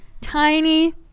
tiny